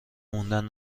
موندن